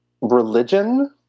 religion